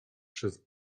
przez